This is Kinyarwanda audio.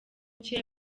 cye